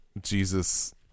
Jesus